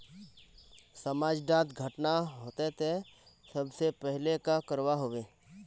समाज डात घटना होते ते सबसे पहले का करवा होबे?